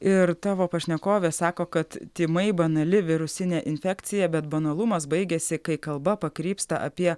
ir tavo pašnekovė sako kad tymai banali virusinė infekcija bet banalumas baigiasi kai kalba pakrypsta apie